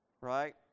Right